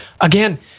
Again